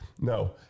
No